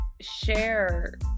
share